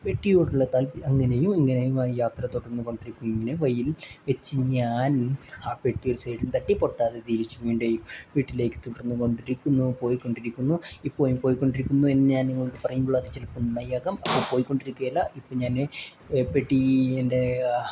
പെട്ടിയോടുള്ള താൽപ അങ്ങനെയും ഇങ്ങനെയും ആയി യാത്ര തുടർന്ന് കൊണ്ടിരിക്കുന്നു ഇങ്ങനെ വെയിൽ വെച്ച് ഞാൻ ആ പെട്ടിയൊരു സൈഡിൽ തട്ടി പൊട്ടാതെ തിരിച്ച് വീണ്ടും വീട്ടിലേക്ക് തുടർന്ന് കൊണ്ടിരിക്കുന്നു പോയിക്കൊണ്ടിരിക്കുന്നു ഇപ്പോഴും പോയിക്കൊണ്ടിരിക്കുന്നു എന്ന് ഞാൻ നിങ്ങളോട് പറയുമ്പോൾ അത് ചിലപ്പം നന്നായി ആകാം പോയിക്കൊണ്ടിരിക്കുകയല്ല ഇപ്പം ഞാൻ പെട്ടി എൻ്റെ